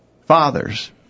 Fathers